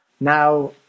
Now